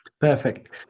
Perfect